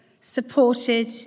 supported